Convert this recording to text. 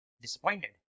disappointed